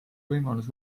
võimalus